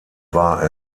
war